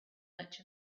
much